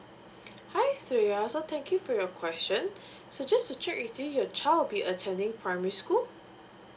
hi xue ya so thank you for your question so just to check with you your child will be attending primary school